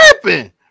tripping